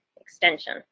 extension